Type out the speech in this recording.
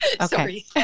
Okay